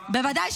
אולי אני